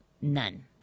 None